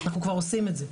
אנחנו כבר עושים את זה.